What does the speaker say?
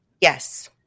yes